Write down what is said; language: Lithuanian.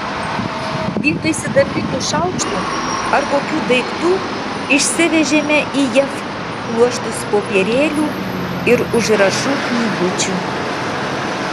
vietoj sidabrinių šaukštų ar kokių daiktų išsivežėme į jav pluoštus popierėlių ir užrašų knygučių